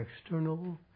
external